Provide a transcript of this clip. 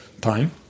time